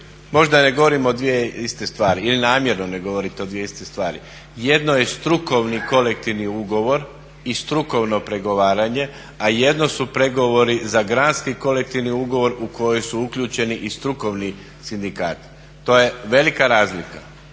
možda ne govorimo o dvije iste stvari ili namjerno ne govorite o dvije iste stvari. Jedno je strukovni kolektivni ugovor i strukovno pregovaranje, a jedno su pregovori za gradski kolektivni ugovor u koji su uključeni i strukovni sindikati. To je velika razlika